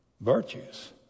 virtues